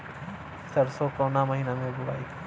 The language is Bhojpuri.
सरसो काउना महीना मे बोआई?